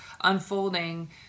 unfolding